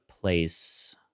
place